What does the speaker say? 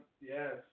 Yes